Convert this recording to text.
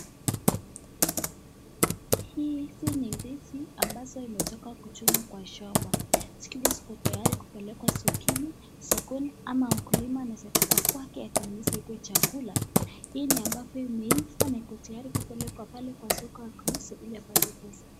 Hizi ni ndizi ambazo imetoka kuchunwa kwa shamba zikiwa ziko tayari kupelekwa sokoni ama mkulima anaweza chukua kwake atengeneze chakula. Hii ni ambavyo imeiva na iko tayari kupelekwa pale kwa sokoni akauzwe ili apate pesa.